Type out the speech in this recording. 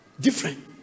Different